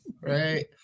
right